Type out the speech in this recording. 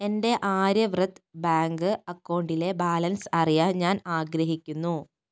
എൻ്റെ ആര്യവ്രത് ബാങ്ക് അക്കൗണ്ടിലെ ബാലൻസ് അറിയാൻ ഞാൻ ആഗ്രഹിക്കുന്നു